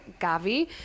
Gavi